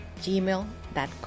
gmail.com